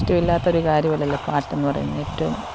ഇഷ്ടമില്ലാത്തൊരു കാര്യമല്ലല്ലോ പാട്ടെന്ന് പറയുന്നത് ഏറ്റോം